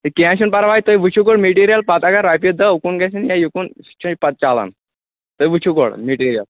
کیٚنٛہہ چھُ نہٕ پرواے تُہۍ وٕچھِو گۄڈ میٹیٖریل پتہٕ اگر رۄپہِ دَہ اُکُن گژھن یا یُکُن سُہ چھُے پتہٕ چلن تُہۍ وٕچھِو گۄڈ مِٹیٖریل